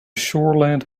shoreland